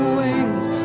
wings